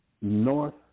north